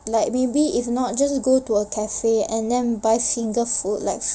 like maybe if not just go to a cafe and then buy finger food like